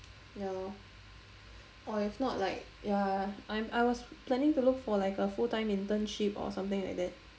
ya lor or if not like ya I I was planning to look for like a full time internship or something like that